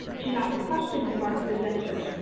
to ask questions of our presenters,